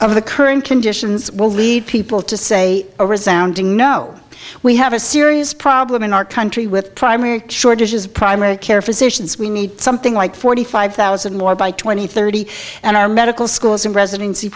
of the current conditions will lead people to say resoundingly no we have a serious problem in our country with primary shortages of primary care physicians we need something like forty five thousand more by twenty thirty and our medical schools and residency